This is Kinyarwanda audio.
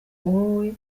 wowe